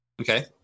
Okay